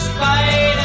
Spider